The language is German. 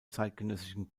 zeitgenössischen